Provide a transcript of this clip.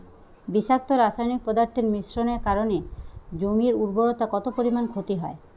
বিষাক্ত রাসায়নিক পদার্থের মিশ্রণের কারণে জমির উর্বরতা কত পরিমাণ ক্ষতি হয়?